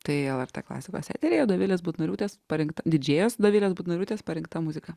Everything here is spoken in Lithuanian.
tai lrt klasikos eteryje dovilės butnoriūtės parinkta didžėjos dovilės butnoriūtės parinkta muzika